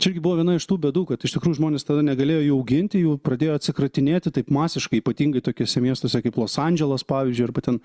čia irgi buvo viena iš tų bėdų kad iš tikrųjų žmonės tada negalėjo jų auginti jų pradėjo atsikratinėti taip masiškai ypatingai tokiuose miestuose kaip los andželas pavyzdžiui arba ten